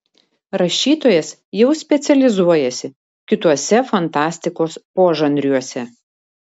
rašytojas jau specializuojasi kituose fantastikos požanriuose